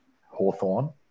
Hawthorne